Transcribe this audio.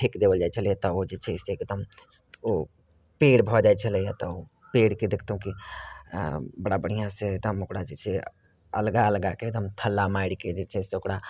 फेक देबल जाइ छलै हँ तऽ ओ जे छै से एकदम ओ पेड़ भ जाइ छलै हँ तऽ ओ पेड़ के देखतहुँ की बड़ा बढ़िआँ सँ तऽ हम ओकरा जे छै से अलगा अलगाके एकदम थल्ला मारिके जे छै से ओकरा